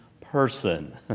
person